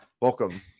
Welcome